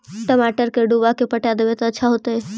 टमाटर के डुबा के पटा देबै त अच्छा होतई?